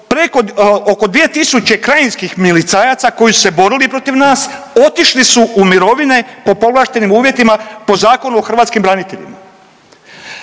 preko, oko 2 tisuće krajinskih milicajaca koji su se borili protiv nas, otišli su u mirovine po povlaštenim uvjetima po Zakonu o hrvatskim braniteljima.